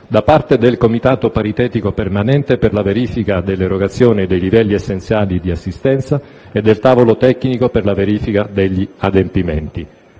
da parte del comitato paritetico permanente per la verifica dell'erogazione dei livelli essenziali di assistenza e del tavolo tecnico per la verifica degli adempimenti.